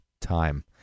time